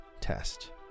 test